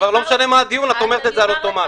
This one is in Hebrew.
לא משנה על מה הדיון, את אומרת את זה על אוטומט.